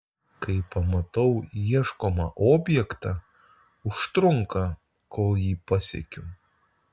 kai pamatau ieškomą objektą užtrunka kol jį pasiekiu